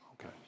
Okay